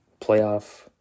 playoff